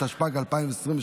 התשפ"ג 2023,